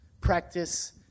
Practice